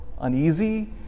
uneasy